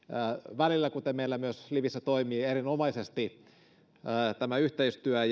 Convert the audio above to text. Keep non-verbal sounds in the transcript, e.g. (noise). välillä koska myös meillä livissä toimii erinomaisesti yhteistyö (unintelligible)